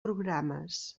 programes